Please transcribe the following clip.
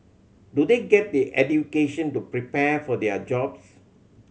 do they get the education to prepare for their jobs